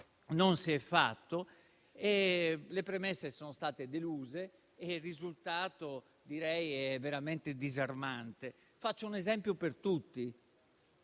non si è fatto, le premesse sono state deluse e il risultato è veramente disarmante. Faccio un esempio per tutti: